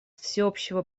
всеобщего